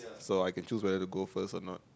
so I can choose whether to go first or not